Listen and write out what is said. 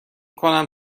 کنم